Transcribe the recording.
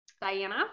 Diana